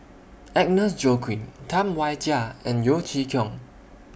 Agnes Joaquim Tam Wai Jia and Yeo Chee Kiong